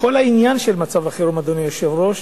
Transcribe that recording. כשכל העניין של מצב החירום, אדוני היושב-ראש,